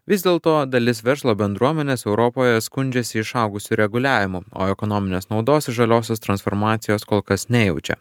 vis dėl to dalis verslo bendruomenės europoje skundžiasi išaugusiu reguliavimu o ekonominės naudos iš žaliosios transformacijos kol kas nejaučiau